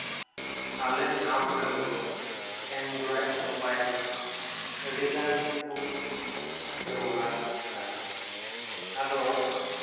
ᱟᱞᱮ ᱴᱷᱟᱶ ᱠᱚᱨᱮ ᱫᱚ ᱮᱱᱰᱨᱚᱭᱮᱴ ᱢᱳᱵᱟᱭᱤᱞ ᱟᱹᱰᱤ ᱜᱟᱱ ᱠᱚ ᱵᱮᱵᱚᱦᱟᱨᱫᱟ ᱟᱫᱚ